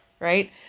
right